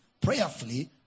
prayerfully